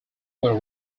were